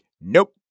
Nope